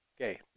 Okay